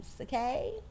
okay